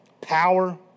Power